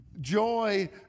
joy